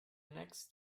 next